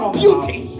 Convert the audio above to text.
beauty